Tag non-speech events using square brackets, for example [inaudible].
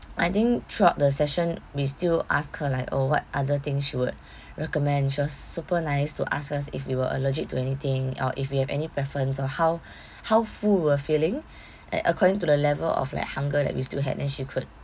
I think throughout the session we still ask her like oh what other things she would [breath] recommend she was super nice to ask us if we were allergic to anything or if you have any preference or how [breath] how full we're feeling [breath] eh according to the level of like hunger that we still had then she could